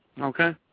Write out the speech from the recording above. okay